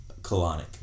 colonic